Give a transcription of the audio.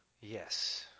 Yes